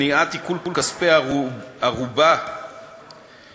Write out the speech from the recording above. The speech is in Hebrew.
מניעת עיקול כספי ערובה שהשתלמו